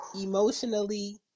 emotionally